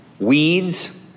weeds